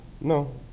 No